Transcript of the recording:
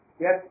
yes